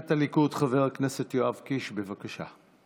מסיעת הליכוד, חבר הכנסת יואב קיש, בבקשה.